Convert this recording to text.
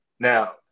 Now